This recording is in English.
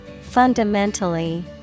fundamentally